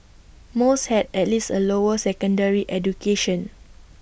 most had at least A lower secondary education